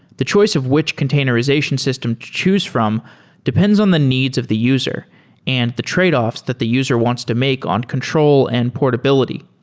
the choice of which containerization system choose from depends on the needs of the user and the tradeoffs that the user wants to make on control and portability.